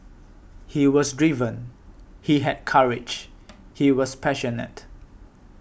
he was driven he had courage he was passionate